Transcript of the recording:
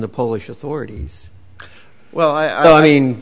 the polish authorities well i mean